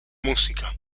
música